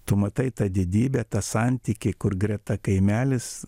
tu matai tą didybę tą santykį kur greta kaimelis